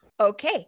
Okay